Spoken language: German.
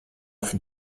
für